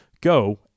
Go